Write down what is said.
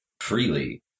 freely